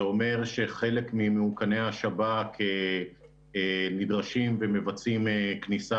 זה אומר שחלק ממאוכני השב"כ נדרשים ומבצעים כניסה